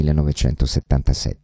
1977